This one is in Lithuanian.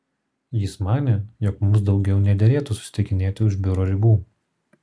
jis manė jog mums daugiau nederėtų susitikinėti už biuro ribų